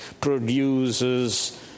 produces